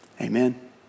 Amen